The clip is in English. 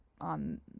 on